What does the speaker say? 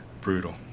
brutal